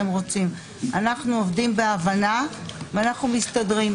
אנחנו עובדים בהבנה ואנחנו מסתדרים.